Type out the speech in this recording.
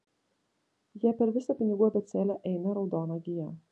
jie per visą pinigų abėcėlę eina raudona gija